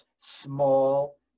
small